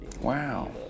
Wow